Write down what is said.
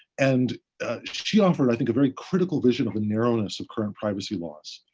and she offered, i think, a very critical vision of a narrowness of current privacy laws.